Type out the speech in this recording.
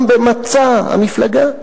גם במצע המפלגה.